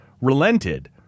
relented